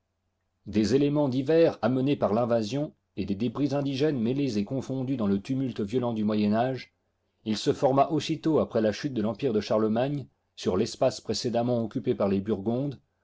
des éléments divers amenés par l'invasion et des débris indigènes mêlés et confondus dans le tumulte violent du moyen âge il se forma aussitôt après la chute de l'empiro de charlcmagne sur l'espace précédemment occupé par les burgondes